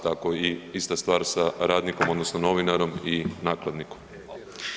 Tako i ista stvar sa radnikom odnosno novinarom i nakladnikom.